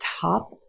top